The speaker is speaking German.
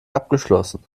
abgeschlossen